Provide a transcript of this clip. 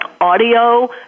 audio